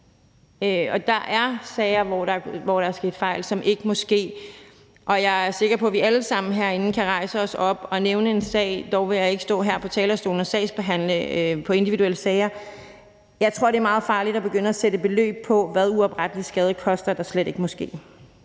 Der er sager, hvor der er sket fejl, som ikke må ske. Og jeg er sikker på, at vi alle sammen herinde kan rejse os op og nævne en sag. Dog vil jeg ikke stå her på talerstolen og sagsbehandle på individuelle sager. Jeg tror, det er meget farligt at begynde at sætte beløb på, hvad uoprettelig skade, der slet ikke må ske,